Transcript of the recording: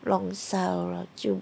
弄烧 lor 就